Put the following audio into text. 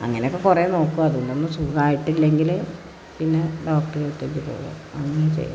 അങ്ങനെയൊക്കെ കുറേ നോക്കും അതുകൊണ്ടൊന്നും സുഖമായിട്ടില്ലെങ്കിൽ പിന്നെ ഡോക്ടറുടെ അടുത്തേക്ക് പോകും അങ്ങനെയാണ് ചെയ്യല്